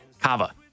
Kava